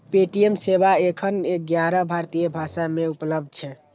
Paytm सेवा एखन ग्यारह भारतीय भाषा मे उपलब्ध छै